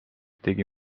tegi